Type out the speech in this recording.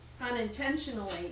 unintentionally